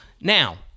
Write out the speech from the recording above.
now